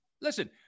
Listen